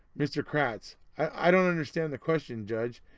mr. kratz i don't understand the question judge.